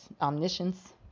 omniscience